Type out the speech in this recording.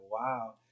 wow